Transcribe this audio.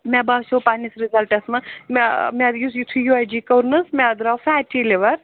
مےٚ باسیو پنٕنِس رِزَلٹَس منٛز مےٚ مےٚ یُس یُتھُے یوٗ اٮ۪س جی کوٚر نہَ حظ مےٚ درٛاو فیٹی لِوَر